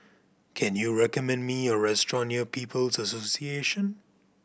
can you recommend me a restaurant near People's Association